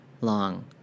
long